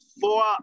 four